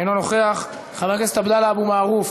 אינו נוכח, חבר הכנסת עבדאללה אבו מערוף,